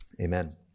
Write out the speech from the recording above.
Amen